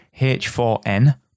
H4N